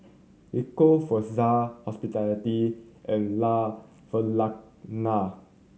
Ecco Fraser Hospitality and La